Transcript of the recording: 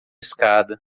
escada